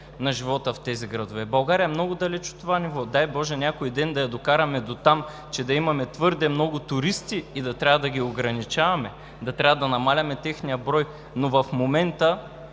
на живота в тези градове. България е много далеч от това ниво. Дай боже някой ден да я докараме дотам, че да имаме твърде много туристи, и да трябва да ги ограничаваме, да трябва да намаляваме техния брой, но в момента